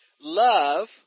love